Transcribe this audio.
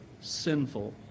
sinful